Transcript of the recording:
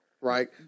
Right